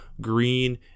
green